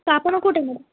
ତ ଆପଣ କେଉଁଟା ନେବେ